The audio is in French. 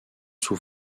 sous